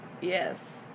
Yes